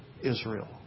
Israel